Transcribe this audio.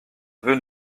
veut